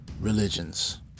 religions